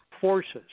forces